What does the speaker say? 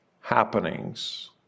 happenings